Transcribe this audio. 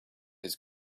his